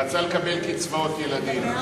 רצה לקבל קצבאות ילדים.